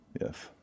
yes